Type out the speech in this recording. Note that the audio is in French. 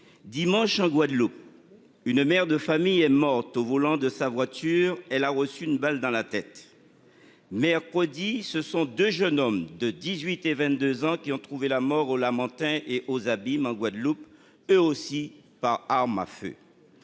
dimanche en Guadeloupe. Une mère de famille est mort au volant de sa voiture et la hausse. Une balle dans la tête. Mercredi, ce sont de jeunes hommes de 18 et 22 ans qui ont trouvé la mort au Lamentin et aux Abymes en Guadeloupe eux aussi par arme à feu.